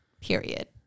period